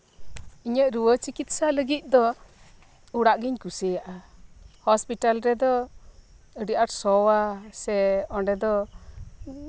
ᱤᱧᱟᱹᱜ ᱨᱩᱣᱟᱹ ᱪᱤᱠᱤᱛᱥᱟ ᱞᱟᱹᱜᱤᱫ ᱫᱚ ᱚᱲᱟᱜ ᱜᱤᱧ ᱠᱩᱥᱤᱭᱟᱜᱼᱟ ᱦᱚᱯᱤᱴᱟᱞ ᱨᱮᱫᱚ ᱟᱹᱰᱤ ᱟᱸᱴ ᱥᱚᱼᱟ ᱥᱮ ᱚᱸᱰᱮ ᱫᱚ